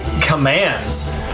commands